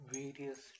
various